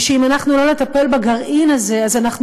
ושאם אנחנו לא נטפל בגרעין הזה אז אנחנו